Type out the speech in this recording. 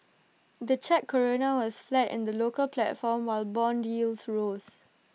the Czech Koruna was flat in the local platform while Bond yields rose